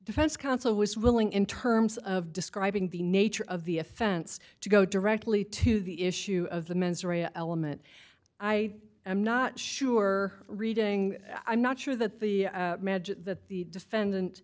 defense counsel was willing in terms of describing the nature of the offense to go directly to the issue of the mens rea element i am not sure reading i'm not sure that the that the defendant